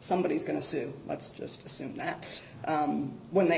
somebody is going to sue let's just assume that when they